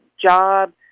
job